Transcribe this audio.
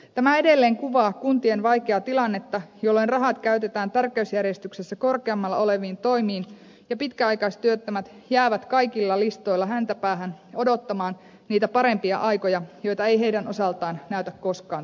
tämä edelleen kuvaa kuntien vaikeaa tilannetta jolloin rahat käytetään tärkeysjärjestyksessä korkeammalla oleviin toimiin ja pitkäaikaistyöttömät jäävät kaikilla listoilla häntäpäähän odottamaan niitä parempia aikoja joita ei heidän osaltaan näytä koskaan tulevan